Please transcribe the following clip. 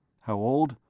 how old?